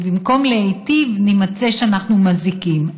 ובמקום להיטיב נימצא שאנחנו מזיקים.